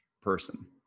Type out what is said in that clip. person